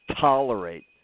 tolerate